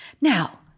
Now